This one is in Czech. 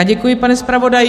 Děkuji, pane zpravodaji.